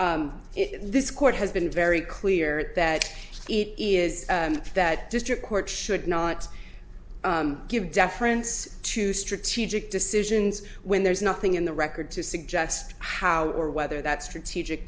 if this court has been very clear that it is that district court should not give deference to strategic decisions when there's nothing in the record to suggest how or whether that strategic